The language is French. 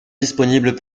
disponibles